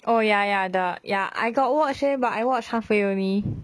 oh ya ya the ya I got watch leh but I watch halfway only